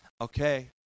Okay